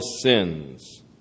sins